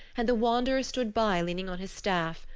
and the wanderer stood by leaning on his staff,